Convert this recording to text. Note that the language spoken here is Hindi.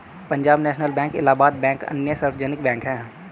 Punjab national bank Allahabad bank अन्य सार्वजनिक बैंक है